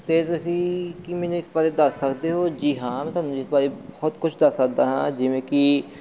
ਅਤੇ ਤੁਸੀਂ ਕੀ ਮੈਨੂੰ ਇਸ ਬਾਰੇ ਦੱਸ ਸਕਦੇ ਹੋ ਜੀ ਹਾਂ ਮੈਂ ਤੁਹਾਨੂੰ ਇਸ ਬਾਰੇ ਬਹੁਤ ਕੁਝ ਦੱਸ ਸਕਦਾ ਹਾਂ ਜਿਵੇਂ ਕਿ